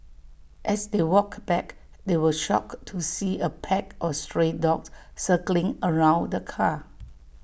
as they walked back they were shocked to see A pack of stray dogs circling around the car